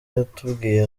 yatubwiye